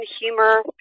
humor